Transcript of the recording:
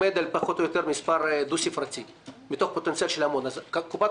קופת חולים כללית לקחה את הפיתוח על עצמה והשקיעה את הכסף ועמדה בכל.